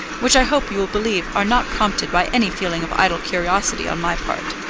which i hope you will believe are not prompted by any feeling of idle curiosity on my part.